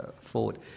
forward